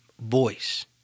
voice